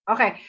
Okay